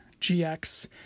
GX